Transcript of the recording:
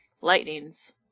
lightnings